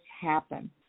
happen